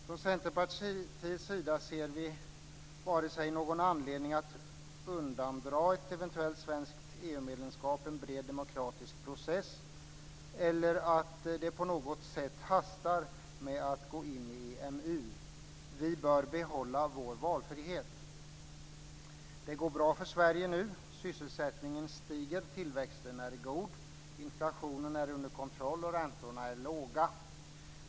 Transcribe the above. Från Centerpartiets sida ser vi vare sig någon anledning att undandra ett eventuellt svenskt EMU medlemskap en bred demokratisk process eller att det på något sätt hastar med gå in i EMU. Vi bör behålla vår valfrihet. Det går bra för Sverige nu. Sysselsättningen stiger, tillväxten är god, inflationen under kontroll och räntorna är låga.